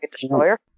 Destroyer